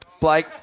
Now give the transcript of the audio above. Blake